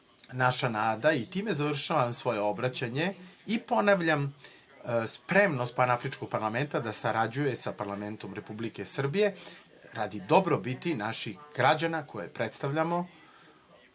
i time završavam svoje obraćanje. I, ponavljam, spremnost Panafričkog parlamenta da sarađuje sa parlamentom Republike Srbije radi dobrobiti naših građana koje predstavljamo